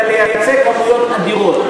אלא לייצא כמויות אדירות.